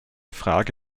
frage